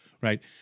right